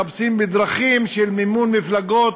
מחפשים בדרכים של מימון מפלגות